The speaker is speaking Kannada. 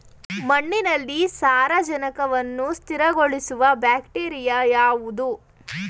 ಮಣ್ಣಿನಲ್ಲಿ ಸಾರಜನಕವನ್ನು ಸ್ಥಿರಗೊಳಿಸುವ ಬ್ಯಾಕ್ಟೀರಿಯಾ ಯಾವುದು?